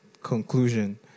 Conclusion